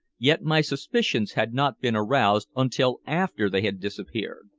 yet my suspicions had not been aroused until after they had disappeared.